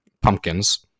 pumpkins